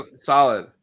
Solid